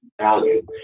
value